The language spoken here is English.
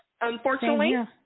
unfortunately